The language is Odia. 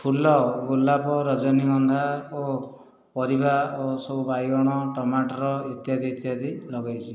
ଫୁଲ ଗୋଲାପ ରଜନୀଗନ୍ଧା ଓ ପରିବା ଓ ସବୁ ବାଇଗଣ ଟମାଟର ଇତ୍ୟାଦି ଇତ୍ୟାଦି ଲଗେଇଛି